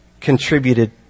contributed